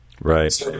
right